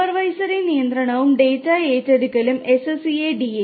supervisory നിയന്ത്രണവും data ഏറ്റെടുക്കലുകളും S C A D A